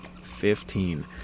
Fifteen